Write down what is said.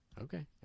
Okay